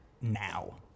now